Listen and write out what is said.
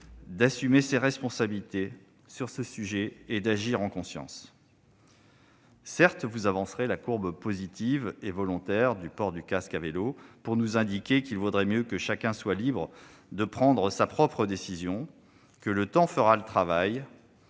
d'assumer vos responsabilités sur ce sujet et d'agir en conscience. Certes, vous avancerez la courbe positive et volontaire du port du casque à vélo pour nous indiquer qu'il vaudrait mieux que chacun soit libre de prendre sa propre décision et que le temps fera le travail.